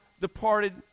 departed